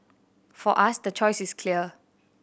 for us the choice is clear